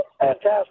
Fantastic